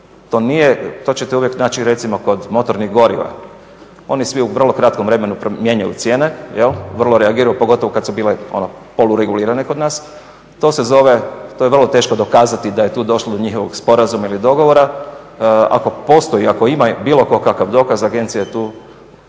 to ćete uvijek naći recimo kod motornih goriva. Oni svi u vrlo kratkom vremenu mijenjaju cijene jel', pogotovo kad su bile ono poluregulirane kod nas, to je vrlo teško dokazati da je tu došlo do njihovog sporazuma ili dogovora. Ako postoji i ako ima bilo tko kakav dokaz agencija je tu